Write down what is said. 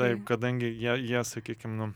taip kadangi jie jie sakykim nu